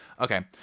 Okay